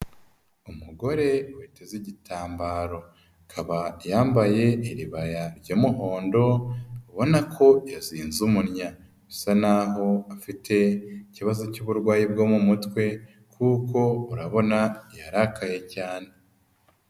Umugore witeze igitambaro, akaba yambaye iribaya ry'umuhondo ubona ko yazinze umunya usa naho afite ikibazo cy'uburwayi bwo mu mutwe kuko urabona yarakaye cyane.